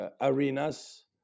arenas